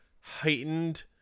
heightened